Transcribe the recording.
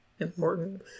important